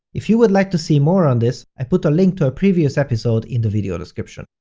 if you would like to see more on this, i put a link to a previous episode in the video description.